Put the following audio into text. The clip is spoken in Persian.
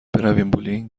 برویم